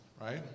Right